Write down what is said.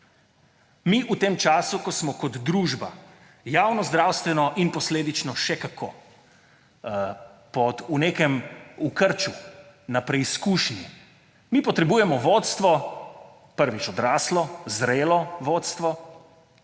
Mi v tem času, ko smo kot družba javnozdravstveno in posledično še kako v krču, na preizkušnji, mi potrebujemo vodstvo, prvič, odraslo, zrelo vodstvo;